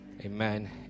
Amen